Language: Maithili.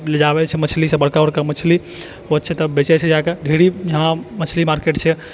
ले जाबै छै मछली सब बड़का बड़का मछली होइ छै तऽ बेचै छै जाके ढ़ेरी इहा मछली मार्केट छै